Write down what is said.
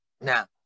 Now